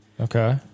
Okay